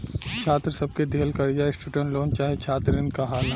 छात्र सब के दिहल कर्जा स्टूडेंट लोन चाहे छात्र इन कहाला